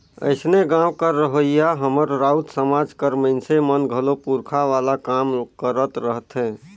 अइसने गाँव कर रहोइया हमर राउत समाज कर मइनसे मन घलो पूरखा वाला काम करत रहथें